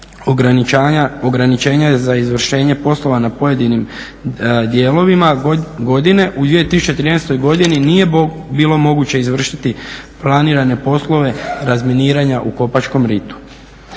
ograničenja za izvršenje poslova na pojedinim dijelovima godine, u 2013. godini nije bilo moguće izvršiti planirane poslove razminiranja u Kopačkom ritu.